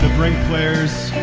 brink players,